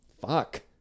fuck